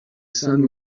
sun